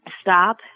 stop